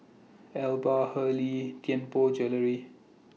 Alba Hurley Tianpo Jewellery